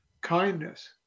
kindness